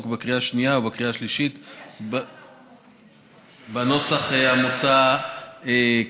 בקריאה השנייה ובקריאה השלישית בנוסח המוצע כאן.